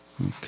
Okay